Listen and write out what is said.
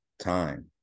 time